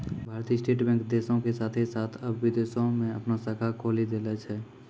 भारतीय State Bank देशो के साथे साथ अबै विदेशो मे अपनो शाखा खोलि देले छै